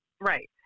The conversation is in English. Right